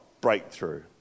breakthrough